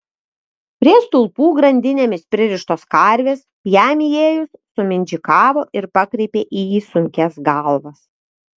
prie stulpų grandinėmis pririštos karvės jam įėjus sumindžikavo ir pakreipė į jį sunkias galvas